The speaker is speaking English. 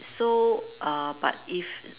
so err but if